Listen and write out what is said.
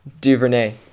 Duvernay